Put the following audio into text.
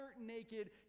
naked